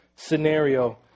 scenario